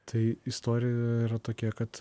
tai istorija yra tokia kad